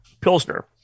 Pilsner